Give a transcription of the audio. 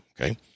Okay